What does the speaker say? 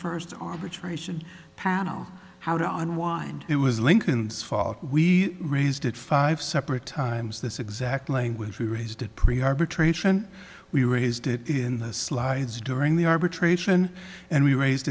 first arbitration panel how to unwind it was lincoln's fault we raised it five separate times this exact language we raised it pretty arbitration we raised it in the slides during the arbitration and we raised